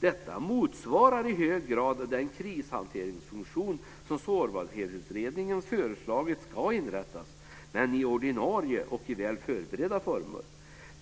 Detta motsvarar i hög grad den krishanteringsfunktion som Sårbarhetsutredningen föreslagit ska inrättas, men i ordnade och väl förberedda former.